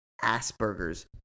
Asperger's